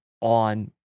on